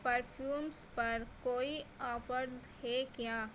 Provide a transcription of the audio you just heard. perfumes پر کوئی offers ہے کیا